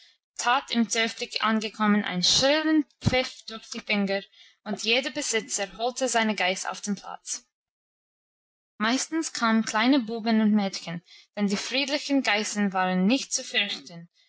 tat im dörfli angekommen einen schrillen pfiff durch die finger und jeder besitzer holte seine geiß auf dem platz meistens kamen kleine buben und mädchen denn die friedlichen geißen waren nicht zu fürchten